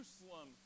Jerusalem